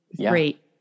great